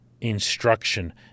instruction